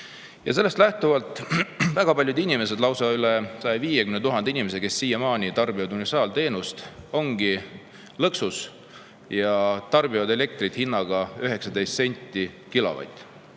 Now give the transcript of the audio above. Sellest lähtuvalt väga paljud inimesed, lausa üle 150 000 inimese, kes siiamaani tarbivad universaalteenust, ongi lõksus ja tarbivad elektrit hinnaga 19 senti kilovatt-tunni